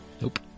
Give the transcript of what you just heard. Nope